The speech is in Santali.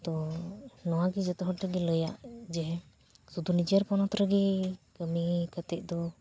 ᱛᱚ ᱱᱚᱶᱟᱜᱮ ᱡᱚᱛᱚ ᱦᱚᱲ ᱴᱷᱮᱡ ᱜᱮᱧ ᱞᱟᱹᱭᱟ ᱡᱮ ᱥᱩᱫᱩ ᱱᱤᱡᱮᱨ ᱯᱚᱱᱚᱛ ᱨᱮᱜᱮ ᱠᱟᱹᱢᱤ ᱠᱟᱛᱮᱫ ᱫᱚ